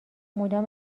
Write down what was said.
مدام